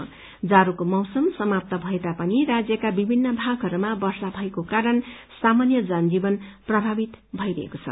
ठण्डाको मौसम समाप्त भए तापनि राज्यका विभिन्न भागहरूमा वर्षा भएको कारण सामान्य जनजीवन प्रभावित भइरहेको छ